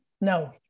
no